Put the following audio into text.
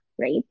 Right